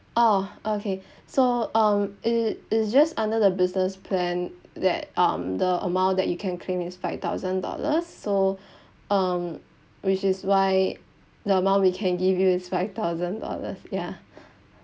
orh okay so um it it's just under the business plan that um the amount that you can claim is five thousand dollars so um which is why the amount we can give you is five thousand dollars yeah